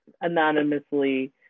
anonymously